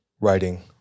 writing